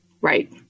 Right